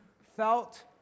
felt